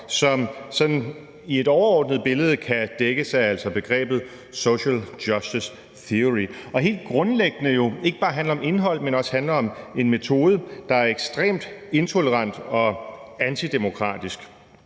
sådan i et overordnet billede kan dækkes af begrebet social justice theory, og hvor det jo helt grundlæggende ikke bare handler om indhold, men også handler om en metode, der er ekstremt intolerant og antidemokratisk